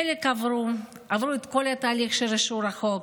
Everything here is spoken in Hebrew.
חלק עברו את כל התהליך של אישור החוק,